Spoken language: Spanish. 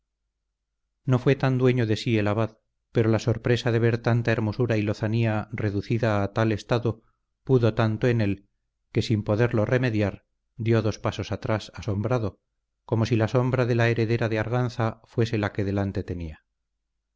no fue tan dueño de sí el abad pero la sorpresa de ver tanta hermosura y lozanía reducida a tal estado pudo tanto en él que sin poderlo remediar dio dos pasos atrás asombrado como si la sombra de la heredera de arganza fuese la que delante tenía